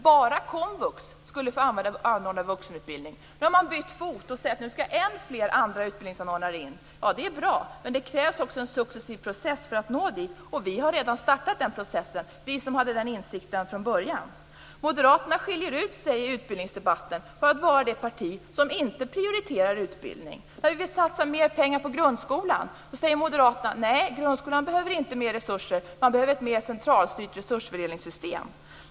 Bara komvux skulle få anordna vuxenutbildning. Nu har moderaterna bytt fot och säger att nu skall än fler andra utbildningsanordnare in. Det är bra, men det krävs en successiv process för att nå dit. Vi har redan startat den processen, vi som hade den insikten från början. Moderaterna skiljer ut sig i utbildningsdebatten med att vara det parti som inte prioriterar utbildning. När vi vill satsa mer pengar på grundskolan säger moderaterna: Nej, grundskolan behöver inte mer resurser utan ett mer centralstyrt resursfördelningssystem.